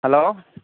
hello